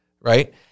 right